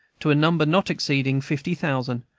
to a number not exceeding fifty thousand,